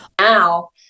Now